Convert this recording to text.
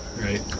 right